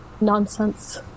nonsense